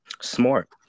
Smart